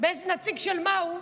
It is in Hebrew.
נציג של מה הוא,